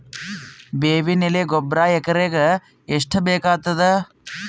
ಬೇವಿನ ಎಲೆ ಗೊಬರಾ ಎಕರೆಗ್ ಎಷ್ಟು ಬೇಕಗತಾದ?